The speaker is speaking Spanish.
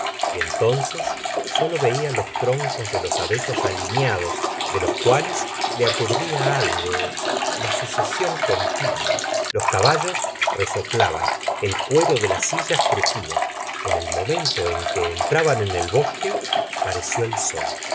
y entonces solo vela los troncos de los abetos alineados de los cuales le aturdía algo la sucesión continua los caballos resoplaban el cuero de las sillas crugia en el momento en que entraban en el bosque apareció el sol